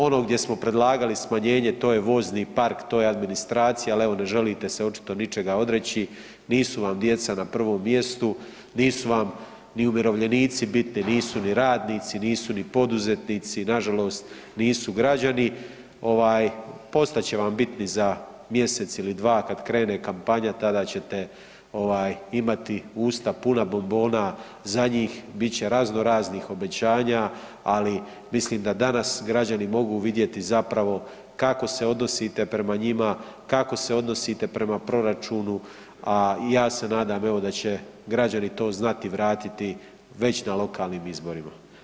Ono gdje smo predlagali smanjenje to je vozni park, to je administracija, ali evo ne želite se očito ničega odreći, nisu vam djeca na prvom mjestu, nisu vam ni umirovljenici bitni, nisu ni radnici, nisu ni poduzetnici, nažalost nisu građani ovaj postat će vam bitni za mjesec ili dva kad krene kampanja tada ćete ovaj imati usta puna bombona za njih, bit će razno raznih obećanja, ali mislim da danas građani mogu vidjeti zapravo kako se odnosite prema njima, kako se odnosite prema proračunu, a i ja se nadam evo da će građani to znati vratiti već na lokalnim izborima.